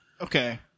Okay